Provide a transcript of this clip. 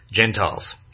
Gentiles